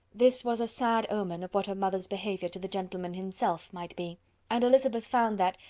this was a sad omen of what her mother's behaviour to the gentleman himself might be and elizabeth found that,